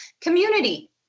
Community